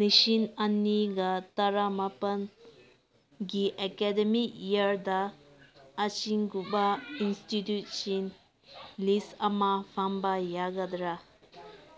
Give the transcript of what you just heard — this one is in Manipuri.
ꯂꯤꯁꯤꯡ ꯑꯅꯤꯒ ꯇꯔꯥꯃꯥꯄꯜꯒꯤ ꯑꯦꯀꯦꯗꯃꯤꯛ ꯏꯌꯔꯗ ꯑꯁꯤꯒꯨꯝꯕ ꯏꯟꯁꯇꯤꯇ꯭ꯌꯨꯠꯁꯤꯡ ꯂꯤꯁ ꯑꯃ ꯐꯪꯕ ꯌꯥꯒꯗ꯭ꯔꯥ